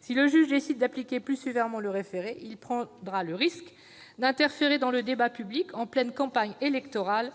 si le juge décide d'appliquer plus sévèrement le référé, il prendra le risque d'interférer dans le débat public en pleine campagne électorale,